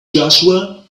joshua